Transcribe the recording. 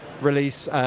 release